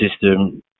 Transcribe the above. system